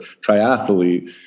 triathlete